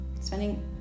spending